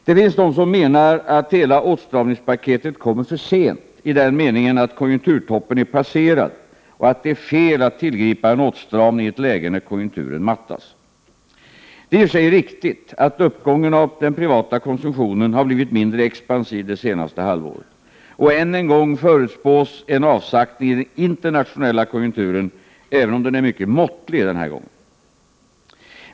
Det finns de som menar att hela åtstramningspaketet kommer för sent i den meningen att konjunkturtoppen är passerad och att det är fel att tillgripa en åtstramning i ett läge när konjunkturen mattas. Det är i och för sig riktigt att uppgången av den privata konsumtionen har blivit mindre expansiv det senaste halvåret. Och än en gång förutspås en avsaktning i den internationella konjunkturen, även om den är mycket måttlig denna gång.